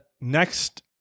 Next